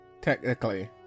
Technically